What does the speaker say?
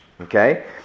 Okay